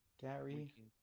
Gary